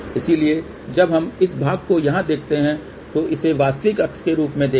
इसलिए जब हम इस भाग को यहाँ देखते हैं तो इसे वास्तविक अक्ष के रूप में देखें